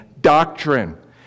doctrine